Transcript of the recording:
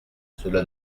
cela